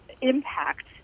impact